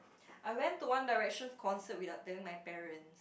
I went to One Direction concert without telling my parent